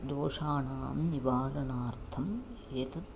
दोषाणां निवारणार्थम् एतत्